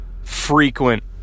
frequent